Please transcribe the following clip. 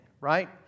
right